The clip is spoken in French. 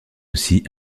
aussi